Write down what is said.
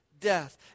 death